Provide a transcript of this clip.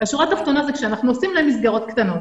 והשורה התחתונה היא שכשאנחנו עושים להם מסגרות קטנות